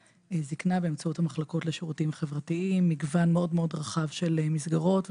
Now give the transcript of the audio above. באמצעות המחלקות לשירותים חברתיים ובאמצעות עוד מגוון רחב של מסגרות.